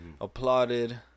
applauded